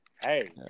Hey